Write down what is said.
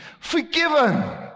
forgiven